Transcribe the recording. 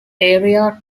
area